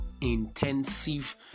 intensive